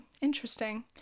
interesting